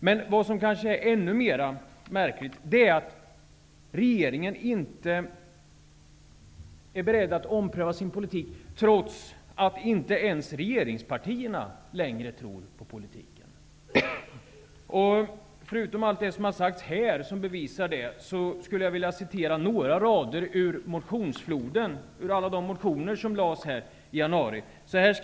Men vad som är ännu mera märkligt är att regeringen inte är be redd att ompröva sin politik, trots att inte ens re geringspartierna längre tror på politiken. För utom allt som har sagts här, och som bevisar mitt påstående, vill jag läsa några rader ur årets mo tionsflod i januari.